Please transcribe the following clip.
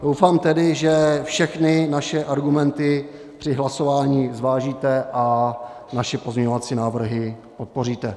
Doufám tedy, že všechny naše argumenty při hlasování zvážíte a naše pozměňovací návrhy podpoříte.